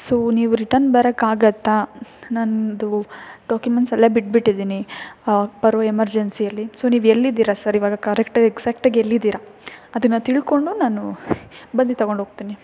so ನೀವು return ಬರೋಕ್ಕಾಗತ್ತಾ ನನ್ನದು ಡಾಕ್ಯುಮೆಂಟ್ಸ್ ಅಲ್ಲೇ ಬಿಟ್ಟು ಬಿಟ್ಟಿದ್ದೀನಿ ಬರೋ ಎಮರ್ಜೆನ್ಸಿಯಲ್ಲಿ ಸೊ ನೀವು ಎಲ್ಲಿದ್ದೀರಾ ಸರ್ ಈವಾಗ ಕರೆಕ್ಟಾಗಿ ಎಕ್ಸಾಕ್ಟಾಗಿ ಎಲ್ಲಿದ್ದೀರ ಅದನ್ನು ತಿಳ್ಕೊಂಡು ನಾನು ಬಂದು ತಗೊಂಡು ಹೋಗ್ತೀನಿ